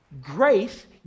Grace